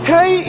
Hey